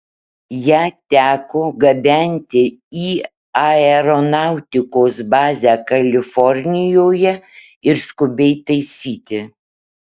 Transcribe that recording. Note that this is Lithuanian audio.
ją teko gabenti į aeronautikos bazę kalifornijoje ir skubiai taisyti